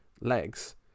legs